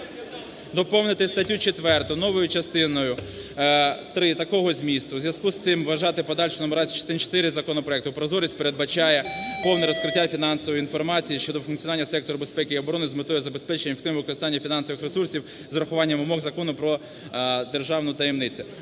"Доповнити статтю 4 новою частиною 3 такого змісту (у зв'язку з цим вважати подальшу нумерацію частини статті 4 законопроекту): "Прозорість передбачає повне розкриття фінансової інформації щодо функціонування сектору безпеки та оборони з метою забезпечення ефективного використання фінансових ресурсів з урахуванням вимог Закону "Про державну таємницю".